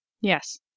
Yes